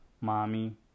mommy